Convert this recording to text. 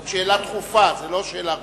זאת שאלה דחופה ולא רגילה.